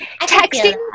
texting